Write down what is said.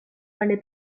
nelle